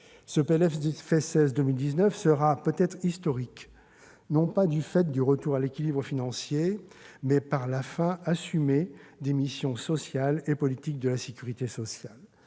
pour 2019 sera peut-être historique non pas du fait du retour à l'équilibre financier, mais par la fin assumée des missions sociales et politiques de la sécurité sociale.